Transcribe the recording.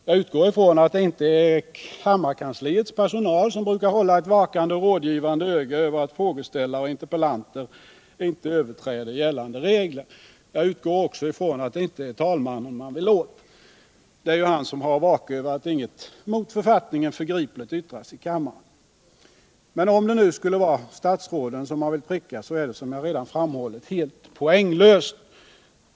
Jag utgår från att det inte är kammarkansliets personal, som ju brukar hålla ett vakande öga över att frågeställare och interpellanter inte överträder gällande regler. Jag utgår också från att det inte är talmannen man vill åt. Det är ju han som har att vaka över att inget mot författningen förgripligt yttras i kammaren. Om det nu skulle vara statsråden som man vill pricka, är det, som jag redan har framhållit, helt poänglöst.